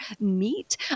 meet